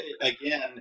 again